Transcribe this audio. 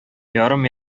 ярым